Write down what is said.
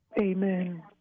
Amen